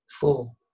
Four